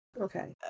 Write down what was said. Okay